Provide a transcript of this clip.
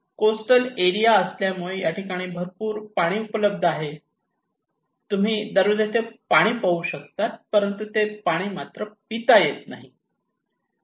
coastal area असल्यामुळे या ठिकाणी भरपूर पाणी उपलब्ध आहे तुम्ही दररोज येथे पाणी पाहू शकतात परंतु ते पाणी मात्र पिता येत नाही